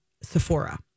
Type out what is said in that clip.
Sephora